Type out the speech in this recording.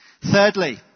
Thirdly